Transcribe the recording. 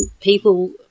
people